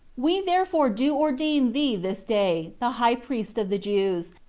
we therefore do ordain thee this day the high priest of the jews,